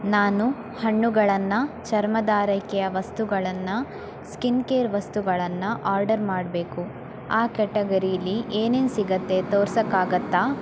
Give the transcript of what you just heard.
ನಾನು ಹಣ್ಣುಗಳನ್ನು ಚರ್ಮದಾರೈಕೆಯ ವಸ್ತುಗಳನ್ನು ಸ್ಕಿನ್ ಕೇರ್ ವಸ್ತುಗಳನ್ನು ಆರ್ಡರ್ ಮಾಡಬೇಕು ಆ ಕ್ಯಾಟಗರೀಲಿ ಏನೇನು ಸಿಗುತ್ತೆ ತೋರ್ಸೋಕ್ಕಾಗತ್ತಾ